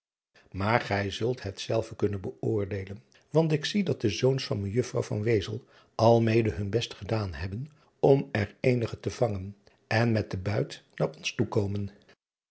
maar gijzult het zelve kunnen beoordeelen want ik zie dat de zoons van ejuffrouw al mede hun best gedaan hebben om er eenige te vangen en met den buit naar ons toekomen